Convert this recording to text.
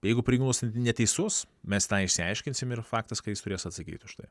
jeigu pareigūnas neteisus mes tą išsiaiškinsim ir faktas kai jis turės atsakyti už tai